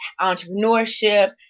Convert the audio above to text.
entrepreneurship